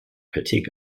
kritik